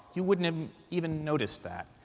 you wouldn't have even noticed that.